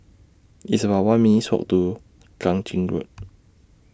It's about one minutes' Walk to Kang Ching Road